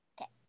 Okay